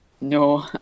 No